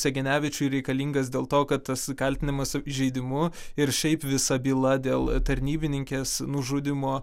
segenevičiui reikalingas dėl to kad tas kaltinamas įžeidimu ir šiaip visa byla dėl tarnybininkės nužudymo